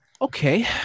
okay